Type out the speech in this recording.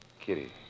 Kitty